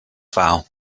file